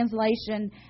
translation